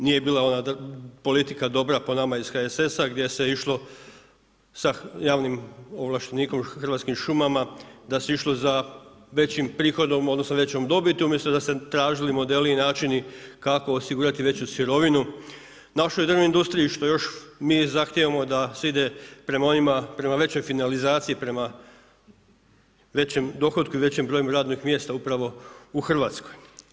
Nije bila ona politika dobra po nama iz HSS-a gdje se išlo sa javnim ovlaštenikom Hrvatskim šumama da se išlo za većim prihodom, odnosno većom dobiti, umjesto da su se tražili modeli i načini kako osigurati veću sirovinu našoj drvnoj industriji što još mi zahtijevamo da se ide prema onima, prema većoj finalizaciji, prema većem dohotku i većem broju radnih mjesta upravo u Hrvatskoj.